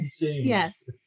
yes